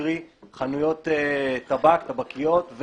קרי חנויות טבק טבקיות,